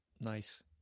nice